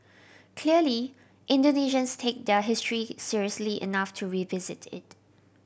clearly Indonesians take their history seriously enough to revisit it